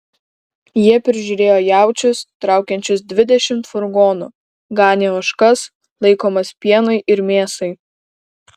jie prižiūrėjo jaučius traukiančius dvidešimt furgonų ganė ožkas laikomas pienui ir mėsai